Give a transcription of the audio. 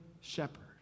shepherd